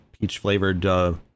peach-flavored